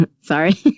Sorry